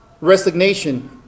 Resignation